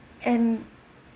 and